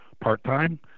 part-time